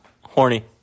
Horny